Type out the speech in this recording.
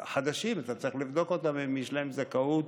החדשים, אתה צריך לבדוק אם יש להם זכאות